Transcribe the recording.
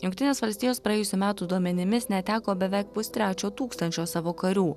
jungtinės valstijos praėjusių metų duomenimis neteko beveik pustrečio tūkstančio savo karių